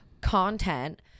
content